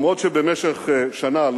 גם אם במשך שנה,